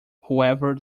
whoever